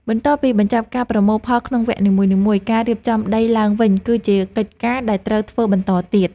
បន្ទាប់ពីបញ្ចប់ការប្រមូលផលក្នុងវគ្គនីមួយៗ ការរៀបចំដីឡើងវិញគឺជាកិច្ចការដែលត្រូវធ្វើបន្តទៀត។